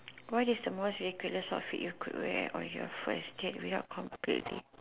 what is the most ridiculous outfit you could wear on your first date without completely